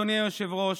אדוני היושב-ראש,